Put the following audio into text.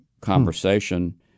conversation